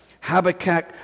Habakkuk